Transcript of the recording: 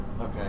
Okay